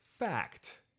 fact